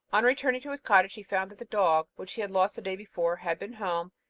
on returning to his cottage he found that the dog, which he had lost the day before, had been home,